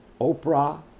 Oprah